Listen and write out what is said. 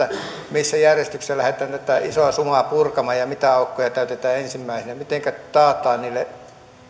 missä järjestyksessä lähdetään tätä isoa sumaa purkamaan ja mitä aukkoja täytetään ensimmäisenä mitenkä taataan niille